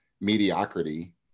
mediocrity